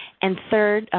and third,